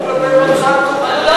אבל הוא לא ענה על השאלות שלנו.